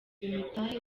imitahe